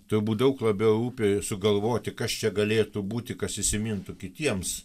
turbūt daug labiau rūpi sugalvoti kas čia galėtų būti kas įsimintų kitiems